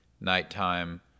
nighttime